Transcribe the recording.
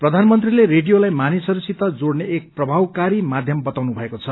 प्रधानमंत्रीले रेडियोलाई मानिसहरूसित जोड़ने एक प्रभावाकारी माध्यम बताउनु भएको छ